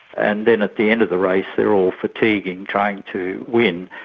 and then at the end of the race they are all fatiguing, trying to win,